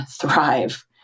thrive